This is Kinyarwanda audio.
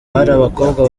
abakobwa